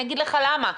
אני אגיד לך למה.